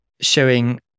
showing